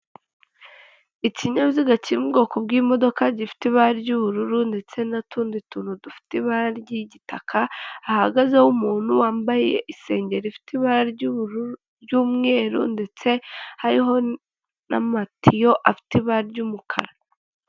Ikinyabiziga kirimo ubwoko bw'imodoka gifite ibara ry'ubururu ndetse n'utundi tuntu dufite ibara ry'igitaka ahagazeho umuntu wambaye isenge rifite ibara ry'ubururu ry'umweru ndetse hariho n'amatiyo afite ibara ry'umukara.